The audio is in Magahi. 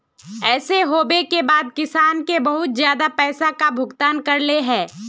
ऐसे होबे के बाद किसान के बहुत ज्यादा पैसा का भुगतान करले है?